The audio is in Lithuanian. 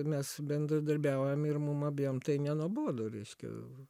mes bendradarbiaujam ir mum abiem tai nenuobodu reiškia